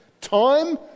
time